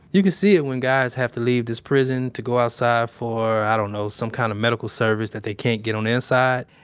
you can see it when guys have to leave this prison to go outside for, i don't know, some kind of medical service that they can't get on the inside.